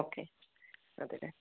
okay അതേയല്ലേ